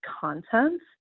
content